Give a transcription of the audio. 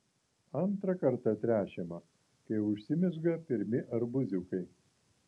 antrą kartą tręšiama kai užsimezga pirmi arbūziukai